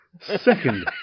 Second